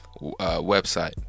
website